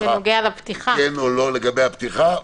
שיבין לגבי הפתיחה.